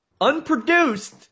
unproduced